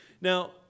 Now